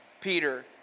Peter